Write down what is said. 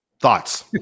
thoughts